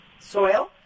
soil